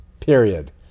Period